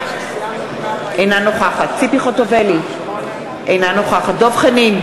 אינה נוכחת ציפי חוטובלי, אינה נוכחת דב חנין,